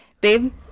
Babe